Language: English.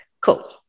cool